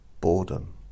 boredom